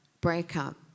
breakup